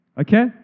Okay